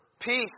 peace